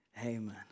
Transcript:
Amen